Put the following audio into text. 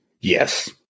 Yes